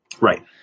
Right